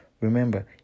Remember